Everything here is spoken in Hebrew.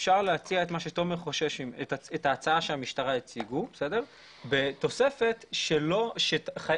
אפשר להציע את ההצעה שהמשטרה הציגה בתוספת שאם